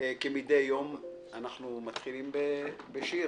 כמדי יום אנחנו מתחילים בשיר,